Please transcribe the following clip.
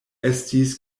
estis